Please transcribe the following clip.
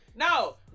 No